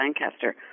Lancaster